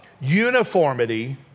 uniformity